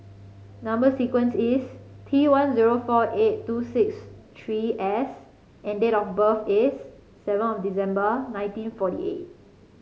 number sequence is T one zero four eight two six three S and date of birth is seven of December nineteen forty eight